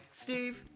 Steve